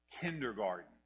kindergarten